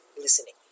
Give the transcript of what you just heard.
listening